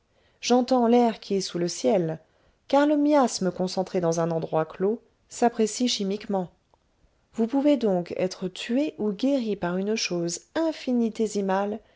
j'entends l'air qui est sous le ciel car le miasme concentré dans un endroit clos s'apprécie chimiquement vous pouvez donc être tué ou guéri par une chose infinitésimale